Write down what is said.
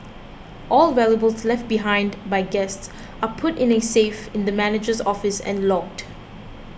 all valuables left behind by guests are put in a safe in the manager's office and logged